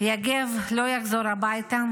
יגב לא יחזור הביתה,